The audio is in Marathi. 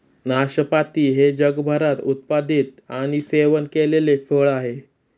नाशपाती हे जगभरात उत्पादित आणि सेवन केलेले फळ आहे